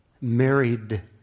married